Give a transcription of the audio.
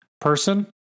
person